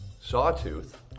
Sawtooth